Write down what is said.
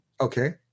Okay